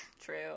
True